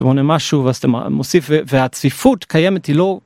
משהו ואז אתה מוסיף והצפיפות קיימת היא לא.